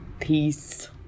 Peace